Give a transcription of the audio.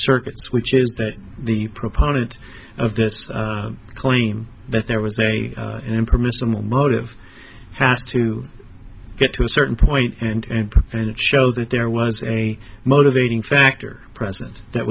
circuits which is that the proponent of this claim that there was a impermissible motive has to get to a certain point and show that there was a motivating factor present that